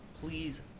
please